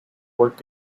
work